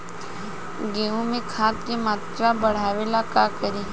गेहूं में खाद के मात्रा बढ़ावेला का करी?